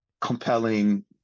compelling